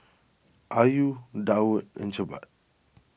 Ayu Daud and Jebat